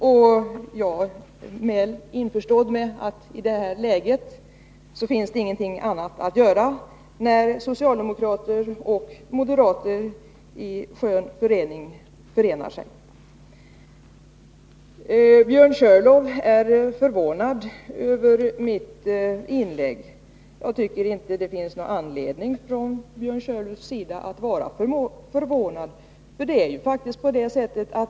Jag är väl införstådd med att det i nuvarande läge inte finns någonting annat att göra, när socialdemokrater och moderater i skön förening kommer överens. Björn Körlof är förvånad över mitt inlägg. Jag tycker inte att det finns någon anledning för Björn Körlof att vara förvånad.